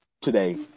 today